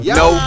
no